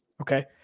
Okay